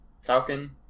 Falcon